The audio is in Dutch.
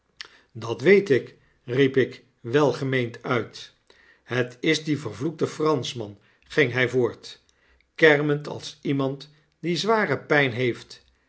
dat weet ikp riep ik welgemeend uit het is die vervloekte franschman ging hij voort kermend als iemand die zware pijn heeft